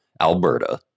Alberta